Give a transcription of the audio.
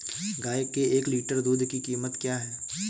गाय के एक लीटर दूध की कीमत क्या है?